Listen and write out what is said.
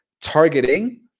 targeting